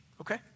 okay